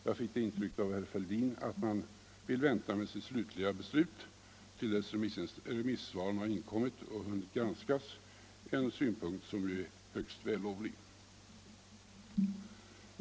Jag fick det intrycket av herr Fälldin, när han sade att man vill vänta med sitt slutliga ståndpunktstagande till dess remissvaren har kommit in och har hunnit granskats, en synpunkt som är högst vällovlig.